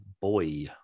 boy